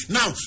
Now